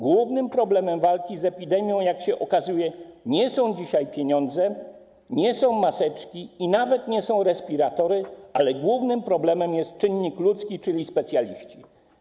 Głównym problemem walki z epidemią, jak się okazuje, nie są dzisiaj pieniądze, nie są maseczki, nawet nie są respiratory, ale jest nim czynnik ludzki, czyli specjaliści.